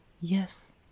yes